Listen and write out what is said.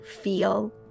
feel